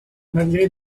malgré